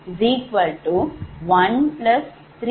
80